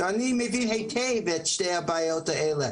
זאת אומרת שאני מבין היטב את שתי הבעיות האלה.